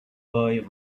boy